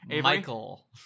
Michael